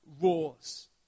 roars